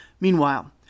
Meanwhile